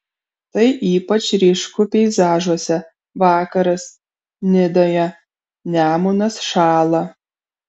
tai ypač ryšku peizažuose vakaras nidoje nemunas šąla